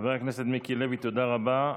חבר הכנסת מיקי לוי, תודה רבה.